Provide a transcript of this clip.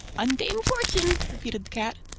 on dame fortune, repeated the cat.